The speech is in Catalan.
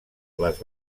les